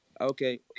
Okay